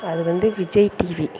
அது வந்து விஜய் டிவி